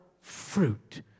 fruit